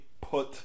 put